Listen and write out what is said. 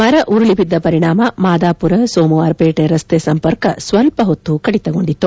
ಮರ ಉರುಳಿಬಿದ್ದ ಪರಿಣಾಮ ಮಾದಾಪುರ ಸೋಮವಾರ ಪೇಟೆ ರಸ್ತೆ ಸಂಪರ್ಕ ಸ್ವಲ್ಪ ಹೊತ್ತು ಕಡಿತಗೊಂಡಿತ್ತು